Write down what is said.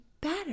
better